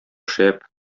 шәп